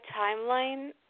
timeline